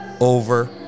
over